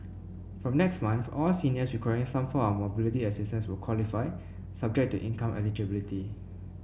from next month all seniors requiring some form of mobility assistance will qualify subject to income eligibility